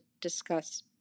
discuss